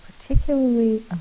particularly